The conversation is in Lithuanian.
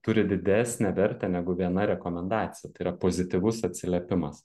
turi didesnę vertę negu viena rekomendacija tai yra pozityvus atsiliepimas